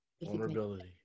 Vulnerability